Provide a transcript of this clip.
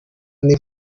n’i